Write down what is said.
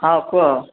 ହଁ କୁହ